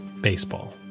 baseball